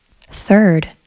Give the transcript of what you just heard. Third